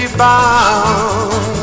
bound